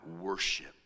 worship